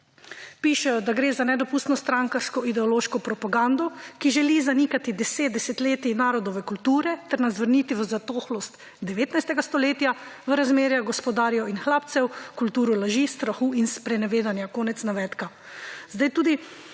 »Pišejo, da gre za nedopustno strankarsko ideološko propagando, ki želi zanikati deset, desetletij narodove kulture ter nas vrniti v zatohlost 19. stoletja v razmerja gospodarjev in hlapcev, kulturo laži, strahu in sprenevedanja.« konec navedka.